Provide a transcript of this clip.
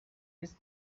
his